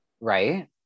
Right